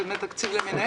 מקדמי תקציב למיניהם.